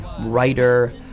writer